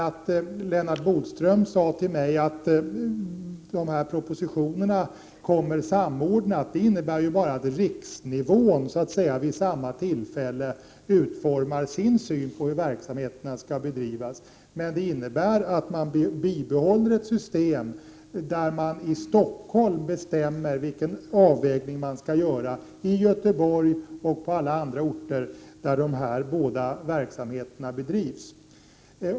Att Lennart Bodström sade till mig att propositionerna kommer samordnade innebär bara att riksnivån vid samma tillfälle utformar sin syn på hur verksamheterna skall bedrivas. Det innebär bibehållande av ett system där man i Stockholm bestämmer vilken avvägning man skall göra i Göteborg och på alla andra orter där dessa verksamheter bedrivs.